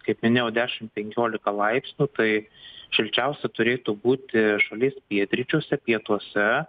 kaip minėjau dešimt penkiolika laipsnių tai šilčiausia turėtų būti šalies pietryčiuose pietuose